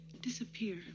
Disappear